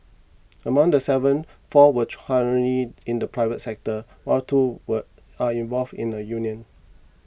among the seven four were currently in the private sector while two were are involved in the union